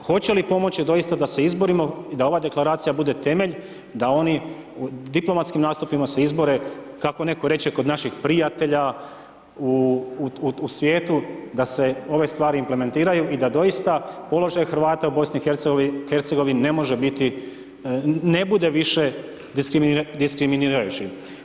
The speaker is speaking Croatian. Hoće li pomoći doista da se izborimo i da ova deklaracija bude temelj da oni u diplomatskim nastupima se izbore kako netko reče kod naših prijatelja u svijetu da se ove stvari implementiraju i da doista položaj Hrvata u BiH ne može biti, ne bude više diskriminirajući.